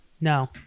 No